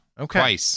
Okay